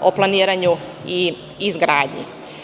o planiranju i izgradnji. Naravno,